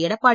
Edappadi